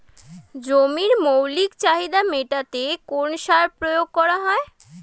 জমির মৌলিক চাহিদা মেটাতে কোন সার প্রয়োগ করা হয়?